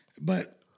But-